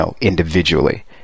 individually